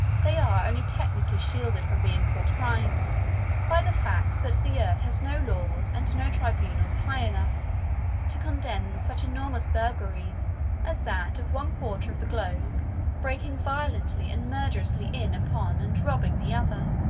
they are only technically shielded from being called crimes by the fact that the earth has no laws and no tribunals high enough to condemn such enormous burglaries as that of one quarter of the globe breaking violently and murderously in upon and robbing the other.